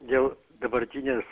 dėl dabartinės